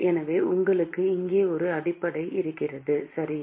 எனவே உங்களுக்கு இங்கே ஒரு அடிப்படை இருக்கிறது சரியா